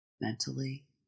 mentally